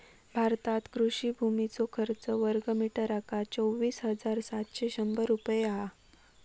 भारतात कृषि भुमीचो खर्च वर्गमीटरका चोवीस हजार सातशे शंभर रुपये हा